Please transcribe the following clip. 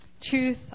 Truth